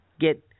get